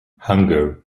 hunger